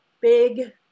big